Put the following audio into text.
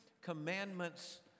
commandments